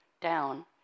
down